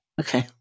Okay